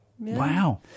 Wow